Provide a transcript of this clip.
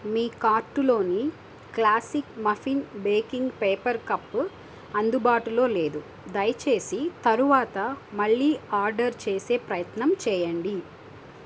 మీ cart లోని classic muffin baking paper cup అందుబాటులో లేదు దయచేసి తరువాత మళ్ళీ ఆర్డర్ చేసే ప్రయత్నం చేయండి